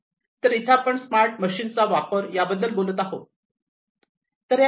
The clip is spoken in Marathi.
तर इथे आपण स्मार्ट मशीनचा वापर याबद्दल बोलत आहोत